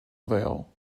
veil